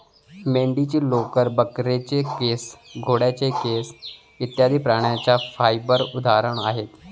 मेंढीचे लोकर, बकरीचे केस, घोड्याचे केस इत्यादि प्राण्यांच्या फाइबर उदाहरणे आहेत